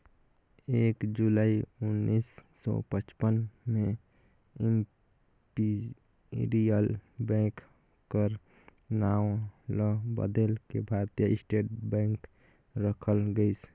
एक जुलाई उन्नीस सौ पचपन में इम्पीरियल बेंक कर नांव ल बलेद के भारतीय स्टेट बेंक रखल गइस